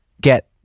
get